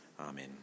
Amen